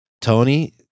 Tony